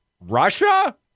Russia